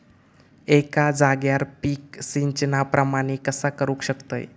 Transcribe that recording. एका जाग्यार पीक सिजना प्रमाणे कसा करुक शकतय?